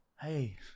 Hey